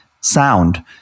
sound